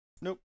Nope